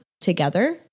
together